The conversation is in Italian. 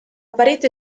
parete